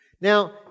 Now